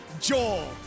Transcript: Joel